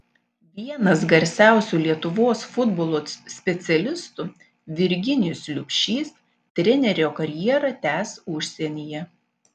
vienas garsiausių lietuvos futbolo specialistų virginijus liubšys trenerio karjerą tęs užsienyje